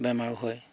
বেমাৰো হয়